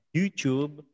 YouTube